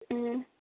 ம்